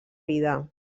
vida